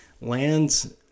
lands